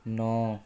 ਨੌ